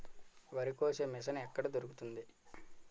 వరి కోసే మిషన్ ఎక్కడ దొరుకుతుంది?